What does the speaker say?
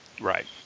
Right